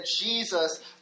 Jesus